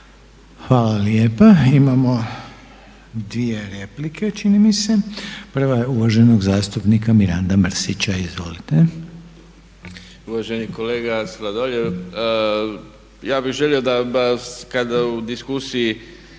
Hvala lijepa. Imamo 2 replike čini mi se. Prva je uvaženog zastupnika Miranda Mrsića, izvolite. **Mrsić, Mirando (SDP)** Uvaženi kolega Sladoljev ja bih želio da kad u diskusiji